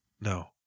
No